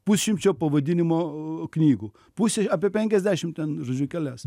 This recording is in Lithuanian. pusšimčio pavadinimo knygų pusė apie penkiasdešim ten žodžiu kelias